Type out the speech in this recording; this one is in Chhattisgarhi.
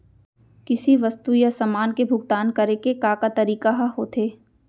किसी वस्तु या समान के भुगतान करे के का का तरीका ह होथे?